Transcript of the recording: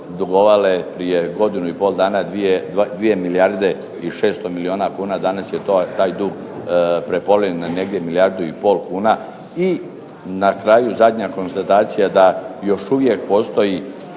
dugovale prije godinu i pol dana 2 milijarde i 600 milijuna kuna, danas je taj dug prepolovljen na negdje milijardu i pol kuna. I na kraju zadnja konstatacija da još uvijek postoji